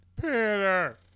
Peter